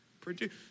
produce